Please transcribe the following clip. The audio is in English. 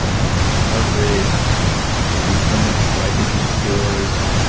ah increased heart rate to replenish glycogen stores,